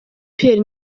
pierre